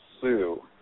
sue